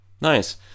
Nice